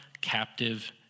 captive